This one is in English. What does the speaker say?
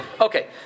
Okay